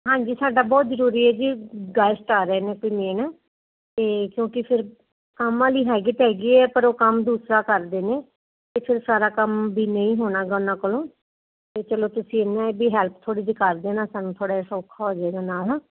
ਹਾਂਜੀ ਸਾਡਾ ਬਹੁਤ ਜਰੂਰੀ ਐ ਜੀ ਗੈਸਟ ਆ ਰਹੇ ਨੇ ਕੋਈ ਮੇਨ ਤੇ ਕਿਉਂਕਿ ਫਿਰ ਕੰਮ ਆਲੀ ਹੈਗੀ ਤਾਂ ਹੈਗੀ ਹੈ ਪਰ ਉਹ ਕੰਮ ਦੂਸਰਾ ਕਰਦੇ ਨੇ ਤੇ ਫਿਰ ਸਾਰਾ ਕੰਮ ਵੀ ਨਹੀਂ ਹੋਣਾ ਗਾ ਉਨਾਂ ਕੋਲੋ ਤੇ ਚਲੋ ਤੁਸੀਂ ਇਨਾ ਵੀ ਹੈਲਪ ਥੋੜੀ ਜਿਹੀ ਕਰ ਦੇਣਾ ਸਾਨੂੰ ਥੋੜਾ ਜਿਹਾ ਸੌਖਾ ਹੋ ਜਾਏਗਾ ਨਾਲ